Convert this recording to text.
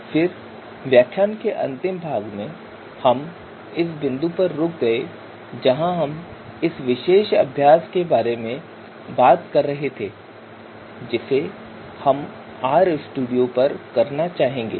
फिर व्याख्यान के अंतिम भाग में हम इस बिंदु पर रुक गए जहाँ हम इस विशेष अभ्यास के बारे में बात कर रहे थे जिसे हम आर स्टूडियो में करना चाहेंगे